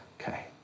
Okay